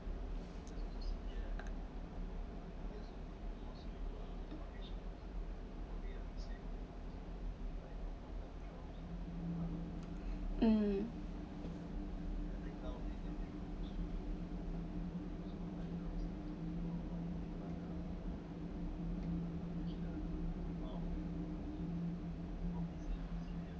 um